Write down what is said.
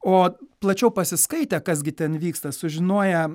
o plačiau pasiskaitę kas gi ten vyksta sužinoję